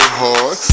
hard